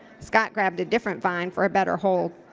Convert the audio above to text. scott grabbed a different vine for a better hold.